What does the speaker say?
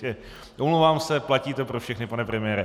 Takže omlouvám se, platí to pro všechny, pane premiére.